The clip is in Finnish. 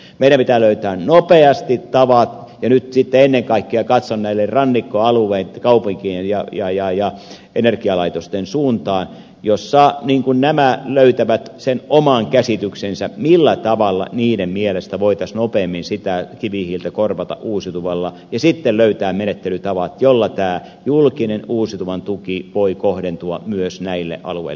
meidän pitää löytää nopeasti tavat ja nyt ennen kaikkea katson näiden rannikkoalueiden kaupunkien ja energialaitosten suuntaan jossa nämä löytävät oman käsityksensä millä tavalla niiden mielestä voitaisiin nopeammin kivihiiltä korvata uusiutuvalla ja sitten löytää menettelytavat joilla tämä julkinen uusiutuvan tuki voi kohdentua myös näille alueille